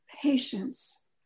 Patience